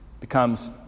becomes